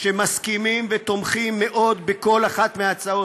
שמסכימים ותומכים מאוד בכל אחת מההצעות,